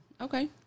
Okay